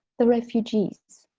the refugees,